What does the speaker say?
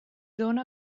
dóna